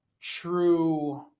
true